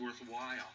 worthwhile